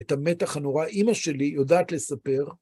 את המתח הנורא, אימא שלי יודעת לספר.